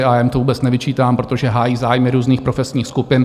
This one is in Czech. Já jim to vůbec nevyčítám, protože hájí zájmy různých profesních skupin.